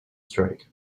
strike